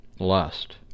Lust